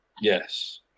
Yes